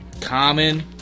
Common